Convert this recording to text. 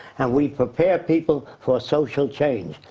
and we prepare people for social change.